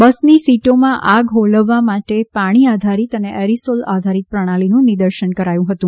બસની સીટોમાં આગ હોલવવા માટે પાણી આધારિત અને એરીસોલ આધારિત પ્રણાલિનું નિદર્શન કરાર્યું હતું